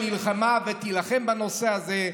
שנלחמה ותילחם בנושא הזה,